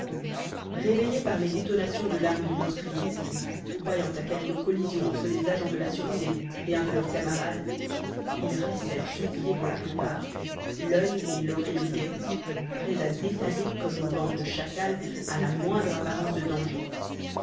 réveillés par les détonations de l'arme du meurtrier croyant à quelque collision entre des agents de la sûreté et un de leurs camarades ils restèrent sur pied pour la plupart l'œil et l'oreille au guet prêts à détaler comme une bande de chacals à la moindre apparence de danger